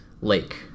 lake